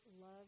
love